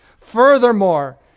Furthermore